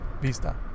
vista